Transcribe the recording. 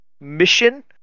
mission